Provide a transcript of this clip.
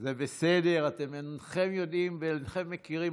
זה בסדר, אתם אינכם יודעים ואינכם מכירים.